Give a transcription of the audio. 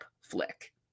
flick